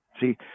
See